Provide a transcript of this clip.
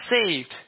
saved